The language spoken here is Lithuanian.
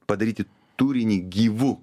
padaryti turinį gyvu